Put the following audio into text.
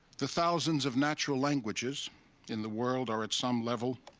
the thousands of natural languages in the world are, at some level,